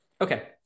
Okay